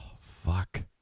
fuck